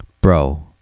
Bro